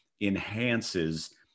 enhances